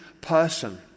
person